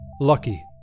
Lucky